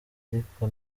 ariko